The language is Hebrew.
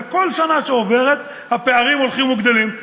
וכל שנה שעוברת הפערים הולכים וגדלים,